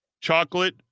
Chocolate